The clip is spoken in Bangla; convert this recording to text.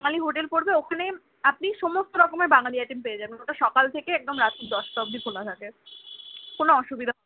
বাঙালি হোটেল পড়বে ওখানে আপনি সমস্ত রকমের বাঙালি আইটেম পেয়ে যাবেন ওটা সকাল থেকে একদম রাত্রি দশটা অবদি খোলা থাকে কোনো অসুবিধা